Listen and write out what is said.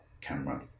camera